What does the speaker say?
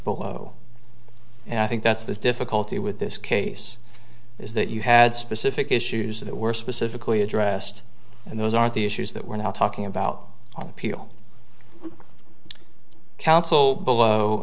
below and i think that's the difficulty with this case is that you had specific issues that were specifically addressed and those aren't the issues that we're now talking about on appeal counsel below